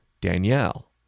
Danielle